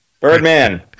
Birdman